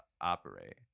operate